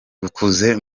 bukoze